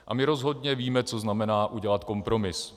A my rozhodně víme, co znamená udělat kompromis.